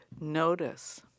notice